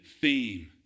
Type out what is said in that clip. theme